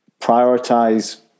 prioritize